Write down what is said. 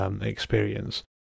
Experience